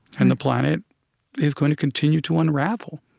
and the planet is going to continue to unravel.